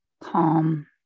calm